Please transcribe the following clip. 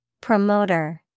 Promoter